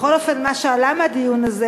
בכל אופן, מה שעלה מהדיון הזה